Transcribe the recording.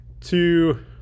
two